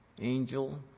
Angel